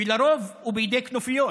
ולרוב הוא בידי כנופיות.